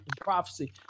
prophecy